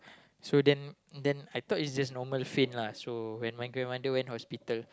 so then then I thought it's just normal faint lah so when my grandmother went hospital